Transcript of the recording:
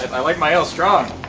i like my ale strong!